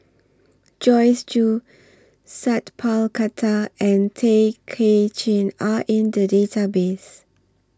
Joyce Jue Sat Pal Khattar and Tay Kay Chin Are in The Database